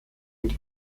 und